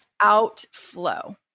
outflow